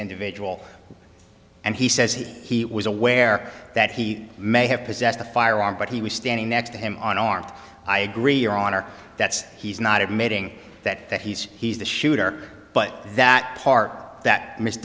individual and he says he was aware that he may have possessed a firearm but he was standing next to him on armed i agree your honor that's he's not admitting that that he's he's the shooter but that park that miss